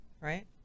right